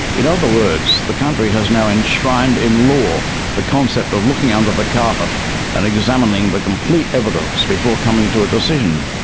in other words, the country has now enshrined in law the concept of looking under the carpet and examining the complete evidence before coming to a decision.